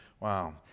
Wow